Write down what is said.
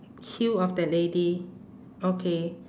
heel of that lady okay